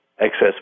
excess